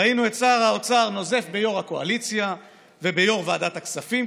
ראינו את שר האוצר נוזף ביו"ר הקואליציה וביו"ר ועדת הכספים,